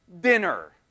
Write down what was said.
dinner